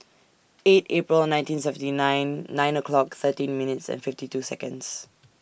eight April nineteen seventy nine nine o'clock thirteen minutes and fifty two Seconds